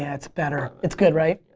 yeah it's better. it's good, right?